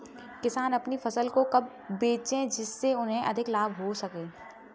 किसान अपनी फसल को कब बेचे जिसे उन्हें अधिक लाभ हो सके?